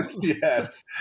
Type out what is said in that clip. yes